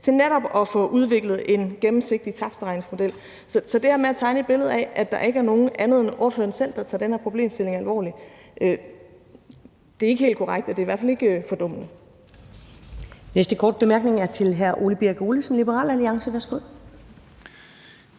netop at få udviklet en gennemsigtig takstberegningsmodel. Så det her billede af, at der ikke er nogen anden end ordføreren selv, der tager den her problemstilling alvorligt, er ikke helt korrekt. Og det er i hvert fald ikke fordummende,